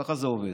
ככה זה עובד.